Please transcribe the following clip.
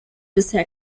bisher